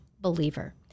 believer